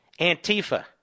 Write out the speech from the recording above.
Antifa